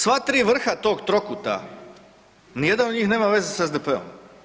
Sva 3 vrha tog trokuta, nijedan od njih nema veze s SDP-om.